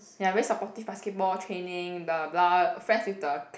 ya very supportive basketball training blah blah blah friends with the